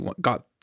got